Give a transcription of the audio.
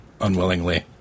unwillingly